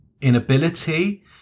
inability